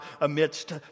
amidst